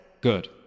Good